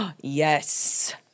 Yes